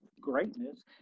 greatness